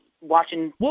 watching